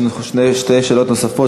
יש לנו שתי שאלות נוספות,